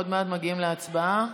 עוד מעט מגיעים להצבעה.